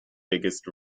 biggest